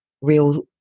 Real